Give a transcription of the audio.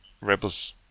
rebels